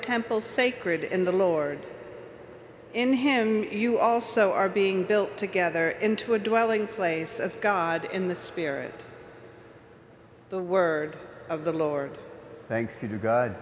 temple sacred in the lord in him you also are being built together into a dwelling place of god in the spirit the word of the lord thank